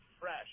fresh